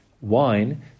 wine